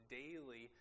daily